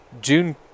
june